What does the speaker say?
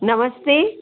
नमस्ते